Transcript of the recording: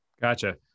Gotcha